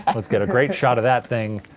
and let's get a great shot of that thing.